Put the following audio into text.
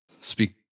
speak